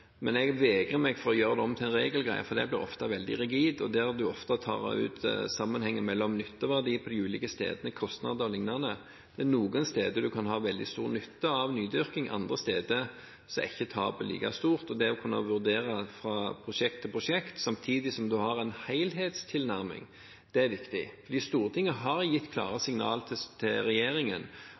Men hvis ønsket fra representanten er at vi skal ha dyrket mark med som et viktig moment, så er det allerede inne. Jeg vegrer meg for å gjøre det om en til en regelgreie, for det blir ofte veldig rigid, og der tar en ofte ut sammenhengen mellom nytteverdi på de ulike stedene, kostnader o.l. Det er noen steder en kan ha veldig stor nytte av nydyrking, andre steder er ikke tapet like stort, og det å kunne vurdere fra prosjekt til prosjekt samtidig som en har en helhetstilnærming, er viktig. Stortinget har